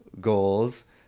goals